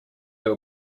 were